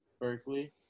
Berkeley